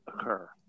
occur